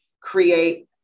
create